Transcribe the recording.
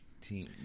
team